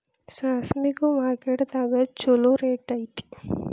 ಸಾಸ್ಮಿಗು ಮಾರ್ಕೆಟ್ ದಾಗ ಚುಲೋ ರೆಟ್ ಐತಿ